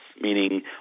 meaning